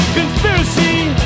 conspiracy